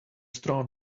straw